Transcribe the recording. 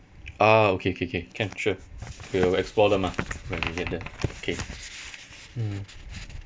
ah okay okay okay can sure we will explore them lah when we get there okay